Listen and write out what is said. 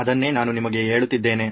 ಅದನ್ನೇ ನಾನು ನಿಮಗೆ ಹೇಳುತ್ತಿದ್ದೇನೆ